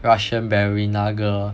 russian ballerina girl